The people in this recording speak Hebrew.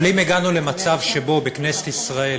אבל אם הגענו למצב שבו בכנסת ישראל,